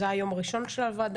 זה היה היום הראשון של הוועדה,